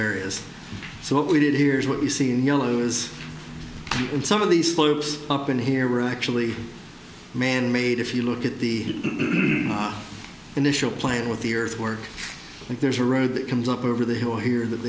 areas so what we did here is what you see in yellow is in some of these slopes up in here we're actually manmade if you look at the initial plan with the earthwork like there's a road that comes up over the hill here that